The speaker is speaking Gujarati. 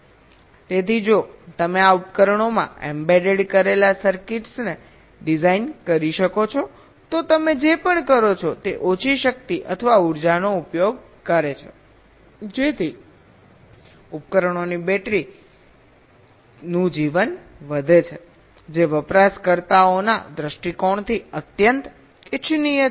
તેથી જો તમે આ ઉપકરણોમાં એમ્બેડ કરેલા સર્કિટ્સને ડિઝાઇન કરી શકો છો તો તમે જે પણ કરો છો તે ઓછી શક્તિ અથવા ઉર્જા નો ઉપયોગ કરે છે જેથી ઉપકરણોની બેટરી જીવન વધે છે જે વપરાશકર્તાઓના દ્રષ્ટિકોણથી અત્યંત ઇચ્છનીય છે